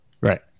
Right